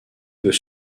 veut